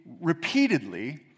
repeatedly